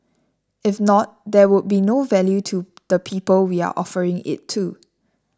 if not there would be no value to the people we are offering it to